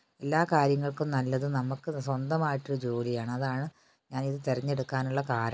എല്ലാ കാര്യങ്ങൾക്കും നല്ലത് നമുക്ക് സ്വന്തമായിട്ട് ജോലിയാണ് അതാണ് ഞാനിത് തിരഞ്ഞെടുക്കാനുള്ള കാരണം